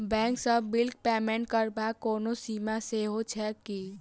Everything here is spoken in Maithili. बैंक सँ बिलक पेमेन्ट करबाक कोनो सीमा सेहो छैक की?